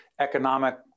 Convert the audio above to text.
economic